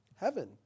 heaven